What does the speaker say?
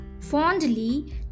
fondly